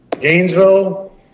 Gainesville